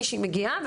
מישהי מגיעה,